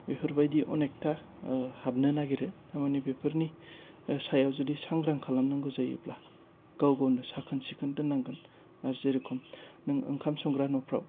बेफोरबादि अनेकथा हाबनो नागिरो थारमानि बेफोरनि सायाव जुदि सांग्रां खालामनांगौ जायोब्ला गाव गावनो साखोन सिखोन दोननांगोन आरो जेरेखम नों ओंखाम संग्रा न'फ्राव